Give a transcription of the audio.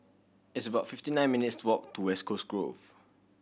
it's about fifty nine minutes' walk to West Coast Grove